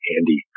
Andy